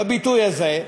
בביטוי הזה,